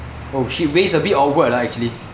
oh shit waist a bit awkward ah actually